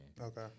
Okay